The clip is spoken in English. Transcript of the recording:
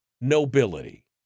nobility